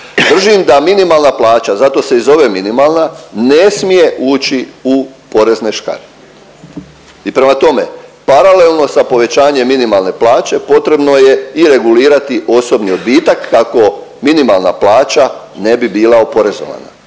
Držim da minimalna plaća, zato se i zove minimalna ne smije ući u porezne škare. I prema tome paralelno sa povećanjem minimalne plaće, potrebno je i regulirati osobni odbitak kako minimalna plaća ne bi bila oporezovana.